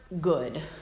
good